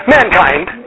Mankind